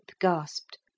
gasped